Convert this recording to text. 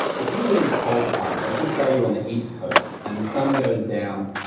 if you live in a cold climate, let's just say you're on the east coast and the sun goes down.